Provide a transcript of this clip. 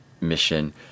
mission